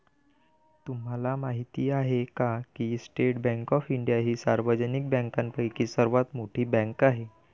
तुम्हाला माहिती आहे का की स्टेट बँक ऑफ इंडिया ही सार्वजनिक बँकांपैकी सर्वात मोठी बँक आहे